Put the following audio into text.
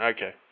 Okay